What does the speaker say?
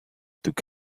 took